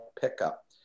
pickup